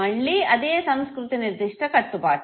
మళ్ళీ అది సంస్కృతి నిర్దిష్ట కట్టుబాటు